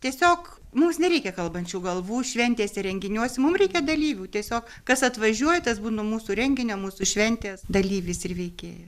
tiesiog mums nereikia kalbančių galvų šventėse renginiuose mum reikia dalyvių tiesiog kas atvažiuoja tas būna mūsų renginio mūsų šventės dalyvis ir veikėja